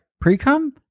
pre-come